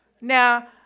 Now